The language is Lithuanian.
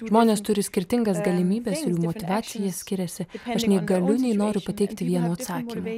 žmonės turi skirtingas galimybes jų motyvacija skiriasi aš nei galiu nei noriu pateikti vieno atsakymo